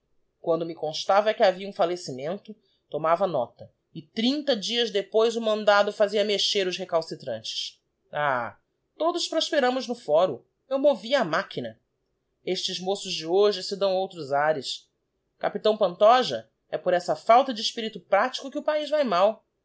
quando me constaaa que havia um fallecimento tomava nota e trinta dias depois o mandado fazia mexer os recalcitrantes ah todos prosperámos no foro eu movia a machina estes moços de hoje se dão outros ares capitão pantoja é por essa falta de espirito pratico que o paiz vae mal